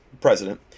president